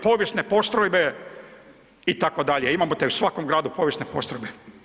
Povijesne postrojbe itd., imamo te u svakom gradu povijesne postrojbe.